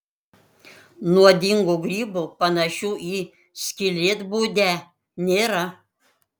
nuodingų grybų panašių į skylėtbudę nėra